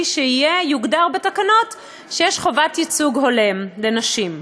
שיוגדר בתקנות שיש חובת ייצוג הולם לנשים.